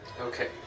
Okay